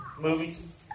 Movies